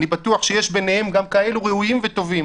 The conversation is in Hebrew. אני בטוח שיש ביניהם גם ראויים וטובים